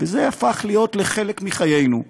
וזה הפך להיות לחלק מחיינו,